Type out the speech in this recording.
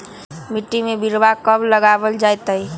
मिट्टी में बिरवा कब लगवल जयतई?